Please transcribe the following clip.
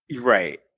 Right